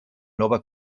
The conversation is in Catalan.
nova